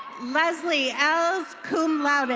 leslie elles, cum laude.